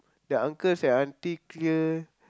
the uncles and auntie clear